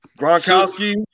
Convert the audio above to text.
Gronkowski